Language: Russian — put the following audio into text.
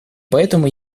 поэтому